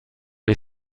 les